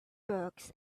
books